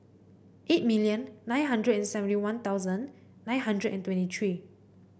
eight million nine hundred and seventy One Thousand nine hundred and twenty three